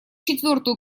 четвертую